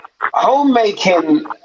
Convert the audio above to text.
homemaking